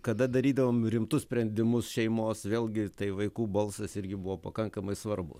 kada darydavom rimtus sprendimus šeimos vėlgi tai vaikų balsas irgi buvo pakankamai svarbu